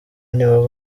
nibo